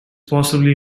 possibly